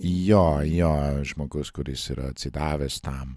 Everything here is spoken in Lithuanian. jo jo žmogus kuris yra atsidavęs tam